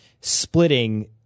splitting